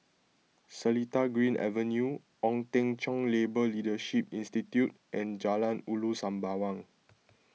Seletar Green Avenue Ong Teng Cheong Labour Leadership Institute and Jalan Ulu Sembawang